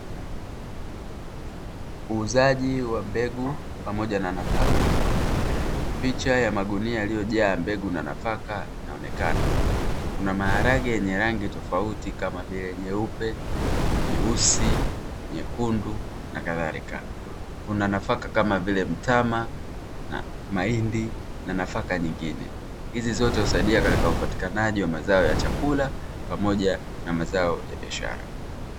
Uuzaji wa mbegu pamoja na nafaka. Picha ya magunia yaliyojaa mbegu na nafaka zinaonekana, kuna maharage yenye rangi tofauti, kama vile; nyeupe, nyeusi, nyekundu na kadhalika. Kuna nafaka kama vile mtama, mahindi na nafaka nyingine, hizi zote husaidia katika upatikanaji wa mazao ya chakula pamoja na mazao ya biashara.